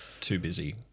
too-busy